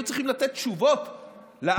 היו צריכים לתת תשובות לעם,